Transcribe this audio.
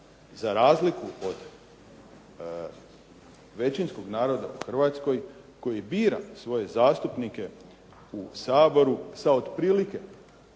za razliku od većinskog naroda u Hrvatskoj koji bira svoje zastupnike u Saboru sa otprilike